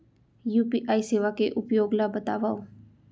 UPI सेवा के उपयोग ल बतावव?